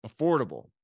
affordable